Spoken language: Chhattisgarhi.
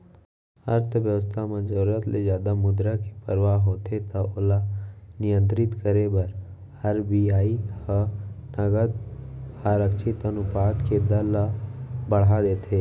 अर्थबेवस्था म जरुरत ले जादा मुद्रा के परवाह होथे त ओला नियंत्रित करे बर आर.बी.आई ह नगद आरक्छित अनुपात के दर ल बड़हा देथे